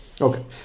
Okay